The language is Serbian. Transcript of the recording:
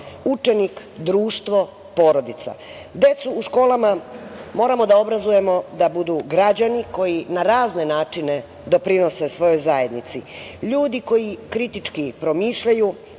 učenik, društvo, porodica. Decu u školama moramo da obrazujemo da budu građani koji na razne načine doprinose svojoj zajednici, ljudi koji kritički promišljaju,